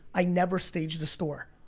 i never staged the store.